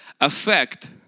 affect